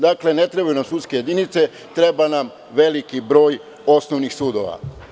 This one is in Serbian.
Dakle, ne trebaju nam sudske jedinice, treba nam veliki broj osnovnih sudova.